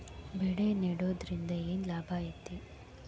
ಬೆಳೆ ನೆಡುದ್ರಿಂದ ಏನ್ ಲಾಭ ಐತಿ?